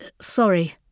sorry